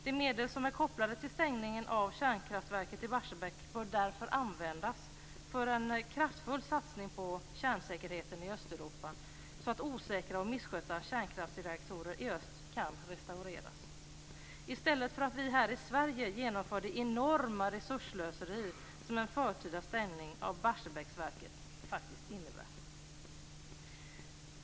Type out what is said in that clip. De medel som är kopplade till stängningen av kärnkraftverket i Barsebäck bör därför användas för en kraftfull satsning på kärnsäkerheten i Östeuropa, så att osäkra och misskötta kärnkraftsreaktorer i öst kan restaureras, i stället för att vi här i Sverige genomför det enorma resursslöseri som en förtida stängning av Barsebäcksverket faktiskt innebär.